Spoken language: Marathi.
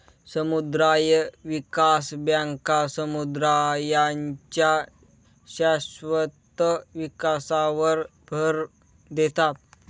समुदाय विकास बँका समुदायांच्या शाश्वत विकासावर भर देतात